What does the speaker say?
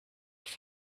for